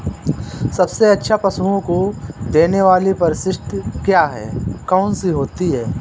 सबसे अच्छा पशुओं को देने वाली परिशिष्ट क्या है? कौन सी होती है?